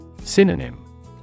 Synonym